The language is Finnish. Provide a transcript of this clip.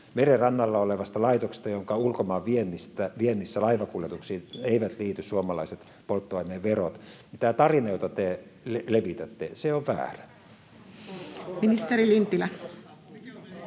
meren rannalla olevasta laitoksesta, jonka ulkomaanviennissä laivakuljetuksiin eivät liity suomalaiset polttoaineverot, niin tämä tarina, jota te levitätte, on väärä. Ministeri Lintilä.